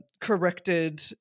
corrected